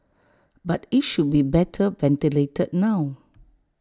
but IT should be better ventilated now